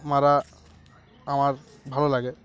মারা আমার ভালো লাগে